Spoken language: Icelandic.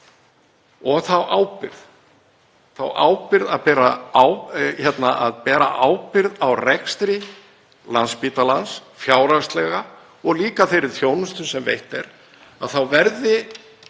og þá ábyrgð að bera ábyrgð á rekstri Landspítalans fjárhagslega og líka á þeirri þjónustu sem veitt er verður